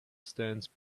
stands